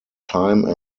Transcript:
time